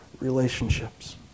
relationships